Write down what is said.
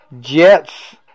Jets